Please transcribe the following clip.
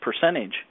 percentage